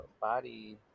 body